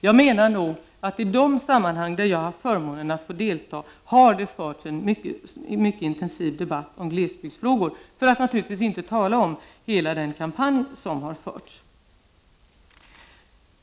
Jag menar att i de sammanhang där jag har haft förmånen att få delta har det förts en mycket intensiv debatt om glesbygdsfrågor — för att inte tala om hela den kampanj som har förts.